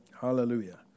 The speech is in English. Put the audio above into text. Hallelujah